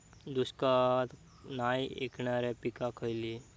दुष्काळाक नाय ऐकणार्यो पीका खयली?